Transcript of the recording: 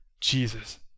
Jesus